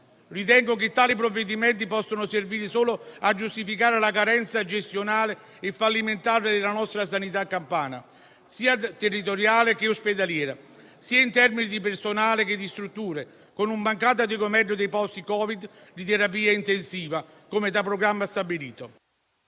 Ritengo che tali provvedimenti possono servire solo a giustificare la carenza gestionale e fallimentare della nostra sanità campana sia territoriale che ospedaliera, sia in termini di personale che di strutture, con un mancato adeguamento dei posti Covid di terapia intensiva, come da programma stabilito.